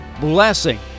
blessing